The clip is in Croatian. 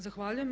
Zahvaljujem.